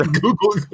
Google